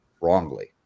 wrongly